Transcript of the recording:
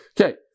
Okay